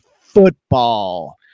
football